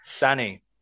Danny